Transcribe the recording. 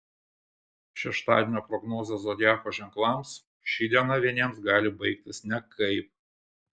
šeštadienio prognozė zodiako ženklams ši diena vieniems gali baigtis nekaip